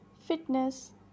fitness